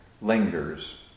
lingers